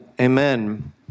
Amen